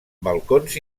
balcons